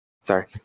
Sorry